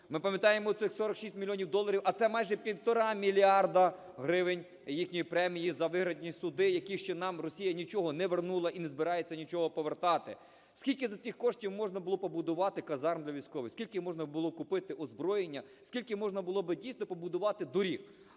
Ми пам'ятаємо цих 46 мільйонів доларів, а це майже півтора мільярди гривень їхньої премії за виграні суди, які ще нам Росія нічого не вернула і не збирається нічого повертати. Скільки за ці кошти можна було побувати казарм для військових?! Скільки можна було купити озброєння?! Скільки можна було би, дійсно, побудувати доріг?!